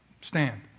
Stand